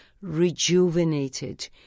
rejuvenated